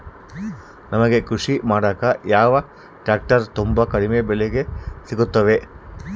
ನಮಗೆ ಕೃಷಿ ಮಾಡಾಕ ಯಾವ ಟ್ರ್ಯಾಕ್ಟರ್ ತುಂಬಾ ಕಡಿಮೆ ಬೆಲೆಗೆ ಸಿಗುತ್ತವೆ?